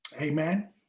Amen